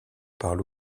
parle